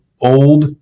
old